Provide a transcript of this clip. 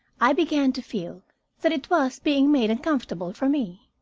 i began to feel that it was being made uncomfortable for me.